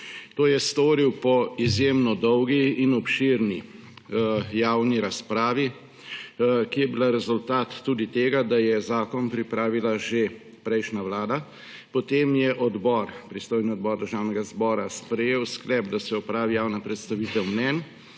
To je storil po izjemno dolgi in obširni javni razpravi, ki je bila rezultat tudi tega, da je zakon pripravila že prejšnja vlada, potem je pristojni odbor Državnega zbora sprejel sklep, da se opravi javna predstavitev mnenj,